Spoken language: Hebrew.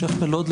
השיח' מלוד,